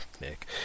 Nick